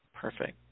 Perfect